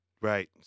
Right